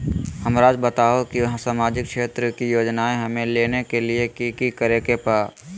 हमराज़ बताओ कि सामाजिक क्षेत्र की योजनाएं हमें लेने के लिए कि कि करे के बा?